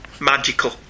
magical